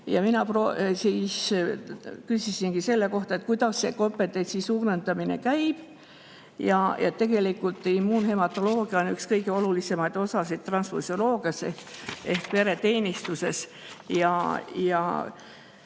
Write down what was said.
Mina küsisin selle kohta, kuidas see kompetentsi suurendamine käib – tegelikult on immuunhematoloogia üks kõige olulisemaid osasid transfusioloogias ehk vereteenistuses –